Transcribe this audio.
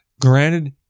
Granted